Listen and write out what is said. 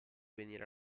venire